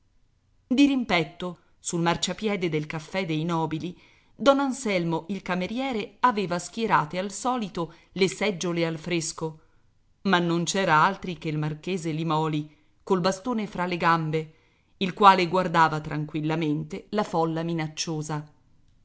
dirimpetto sul marciapiede del caffè dei nobili don anselmo il cameriere aveva schierate al solito le seggiole al fresco ma non c'era altri che il marchese limòli col bastone fra le gambe il quale guardava tranquillamente la folla minacciosa